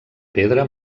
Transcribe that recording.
pedra